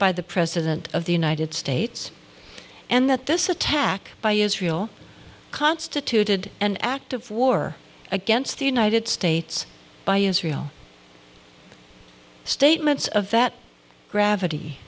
by the president of the united states and that this attack by israel constituted an act of war against the united states by israel statements of that gravity